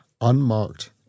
unmarked